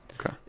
Okay